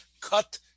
cut